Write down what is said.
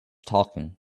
talking